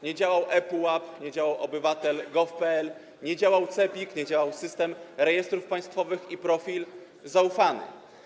Nie działał ePUAP, nie działał Obywatel.gov.pl, nie działał CEPiK, nie działał System Rejestrów Państwowych ani profil zaufany.